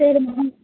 சரி மேடம்